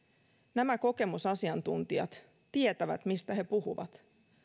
nämä kokemusasiantuntijat tietävät mistä he puhuvat